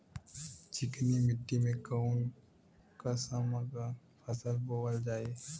चिकनी मिट्टी में कऊन कसमक फसल बोवल जाई?